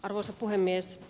arvoisa puhemies